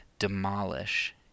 demolish